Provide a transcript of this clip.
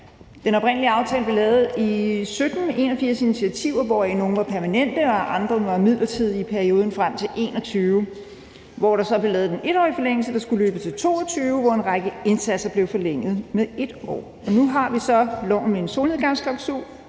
den oprindelige aftale, vi lavede i 2017, var der 81 initiativer, hvoraf nogle var permanente og andre var midlertidige i perioden frem til 2021. I 2021 blev der så lavet den 1-årige forlængelse, der skulle løbe til 2022, hvor en række indsatser blev forlænget med 1 år. Nu har vi så loven med en solnedgangsklausul,